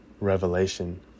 revelation